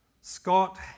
Scott